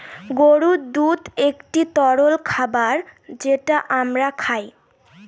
গরুর দুধ একটি তরল খাবার যেটা আমরা খায়